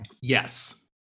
yes